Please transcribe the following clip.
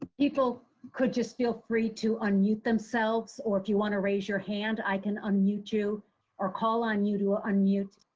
people could feel free to unmute themselves or if you want to raise your hand i can unmute you or call on you to ah unmute.